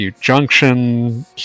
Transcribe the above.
junction